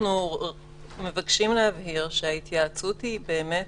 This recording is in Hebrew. אנחנו מבקשים להבהיר שההתייעצות היא באמת